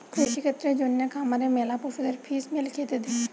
কৃষিক্ষেত্রের জন্যে খামারে ম্যালা পশুদের ফিস মিল খেতে দে